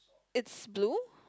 it's blue